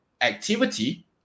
activity